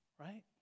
Right